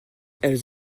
elles